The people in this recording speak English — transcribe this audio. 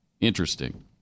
Interesting